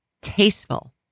tasteful